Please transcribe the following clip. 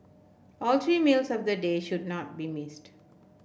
all three meals of the day should not be missed